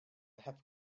have